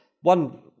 one